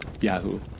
Yahoo